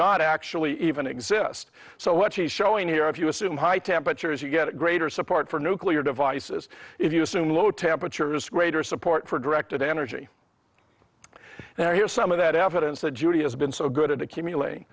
not actually even exist so what she is showing here if you assume high temperatures you get a greater support for nuclear devices if you assume low temperatures greater support for directed energy now here's some of that evidence that judy has been so good at accumulating